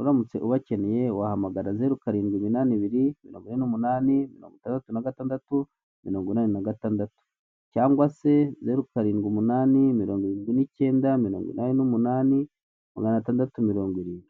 ,uramutse ubakeneye wahamagara zeru ,karindwi ,iminani ibiri , mirongo ine n'umunani ,mirongo itandatu n'agatandatu ,mirongo inani n'agatandatu cyangwa se zeri ,karindwi ,umunani ,mirongo irindwi n'icyenda ,mirongo inani n'umunani ,magana atandatu mirongo irindwi.